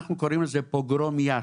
אנחנו קוראים לזה פוגרום יאש,